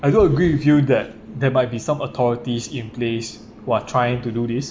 I do agree with you that there might be some authorities in place while trying to do this